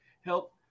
help